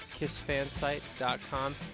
kissfansite.com